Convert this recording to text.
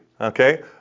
Okay